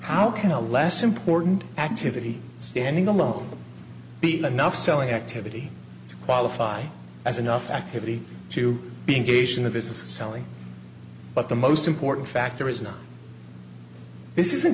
how can a less important activity standing alone be enough selling activity to qualify as enough activity to be engaged in the business of selling but the most important factor is not this isn't